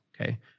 Okay